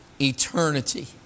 eternity